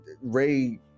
Ray